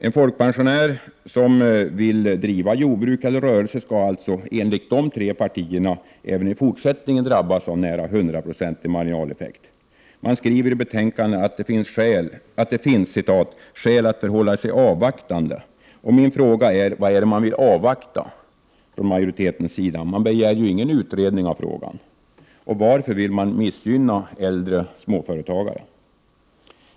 En folkpensionär som vill driva jordbruk eller rörelse skall alltså enligt dessa tre partiers uppfattning även i fortsättningen drabbas av nära hundraprocentig marginaleffekt. Man skriver i betänkandet att det finns ”skäl att förhålla sig avvaktande”. Min fråga är: Vad är det majoriteten vill avvakta? Man begär ju inte någon utredning av frågan. Varför vill man missgynna äldre småföretagare?